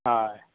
हय